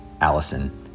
Allison